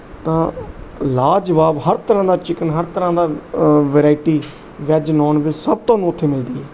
ਤਾਂ ਲਾਜਵਾਬ ਹਰ ਤਰ੍ਹਾਂ ਦਾ ਚਿਕਨ ਹਰ ਤਰ੍ਹਾਂ ਦਾ ਵਰਾਇਟੀ ਵੈਜ ਨੋਨ ਵੈਜ ਸਭ ਤੁਹਾਨੂੰ ਉੱਥੇ ਮਿਲਦੀ ਹੈ